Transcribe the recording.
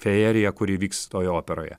fejeriją kuri vyks toj operoje